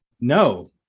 no